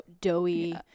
doughy